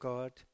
God